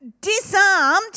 disarmed